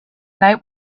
night